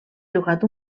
jugat